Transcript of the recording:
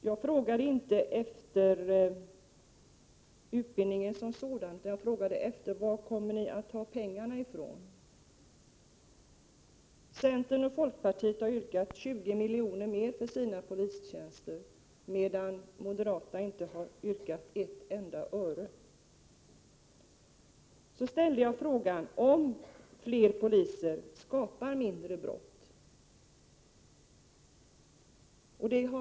Jag frågade inte efter utbildningen som sådan utan varifrån ni kommer att ta pengarna. Centern och folkpartiet har yrkat 20 miljoner till de polistjänster som de har begärt, medan moderaterna inte har yrkat ett enda öre. Så ställde jag frågan om fler poliser leder till färre brott.